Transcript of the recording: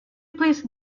please